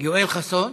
יואל חסון,